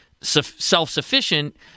self-sufficient